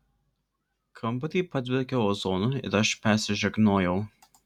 kambary padvelkė ozonu ir aš persižegnojau